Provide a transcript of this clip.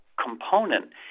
component